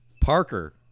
Parker